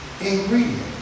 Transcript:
ingredient